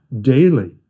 daily